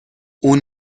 اون